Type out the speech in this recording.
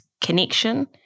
connection